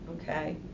okay